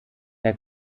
der